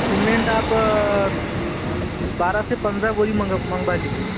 cement आप बारह से पंद्रह बोरी मंगवा लीजिए